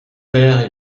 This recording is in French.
père